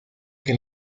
que